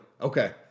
Okay